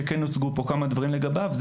שכן הוצגו פה כמה דברים לגביו,